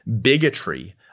bigotry